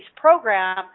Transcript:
program